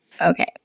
Okay